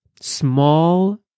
small